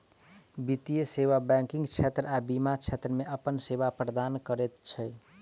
वित्तीय सेवा बैंकिग क्षेत्र आ बीमा क्षेत्र मे अपन सेवा प्रदान करैत छै